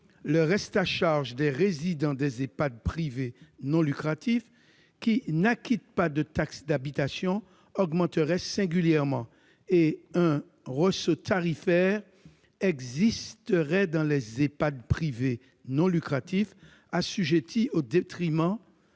le reste à charge des résidents des établissements privés non lucratifs, qui n'acquittent pas de taxe d'habitation, augmenterait singulièrement, et un ressaut tarifaire existerait dans les EHPAD privés non lucratifs assujettis, au détriment